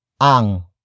Ang